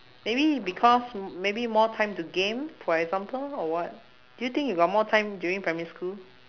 maybe because m~ maybe more time to game for example or what do you think you got more time during primary school